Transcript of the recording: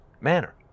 manner